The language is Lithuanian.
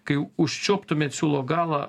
kai užčiuoptumėt siūlo galą